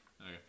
Okay